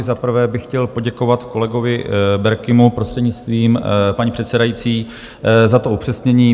Za prvé bych chtěl poděkovat kolegovi Berkimu, prostřednictvím paní předsedající, za to upřesnění.